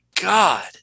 God